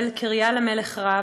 קריה למלך רב.